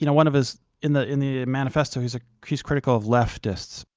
you know one of his in the in the manifesto he's ah he's critical of leftists,